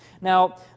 Now